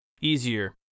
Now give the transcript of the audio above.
easier